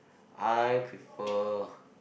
I prefer